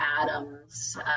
Adams